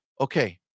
Okay